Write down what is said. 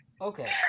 Okay